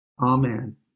Amen